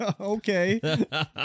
Okay